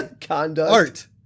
conduct